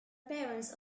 parents